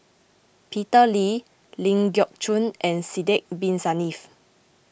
Peter Lee Ling Geok Choon and Sidek Bin Saniff